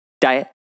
diet